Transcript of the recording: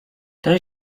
ten